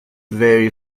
very